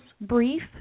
brief